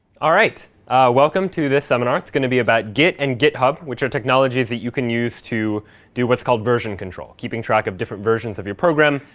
welcome to this seminar. it's going to be about git and github, which are technologies that you can use to do what's called version control, keeping track of different versions of your program,